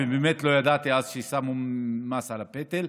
ובאמת לא ידעתי אז שהטילו מס על הפטל.